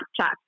Snapchat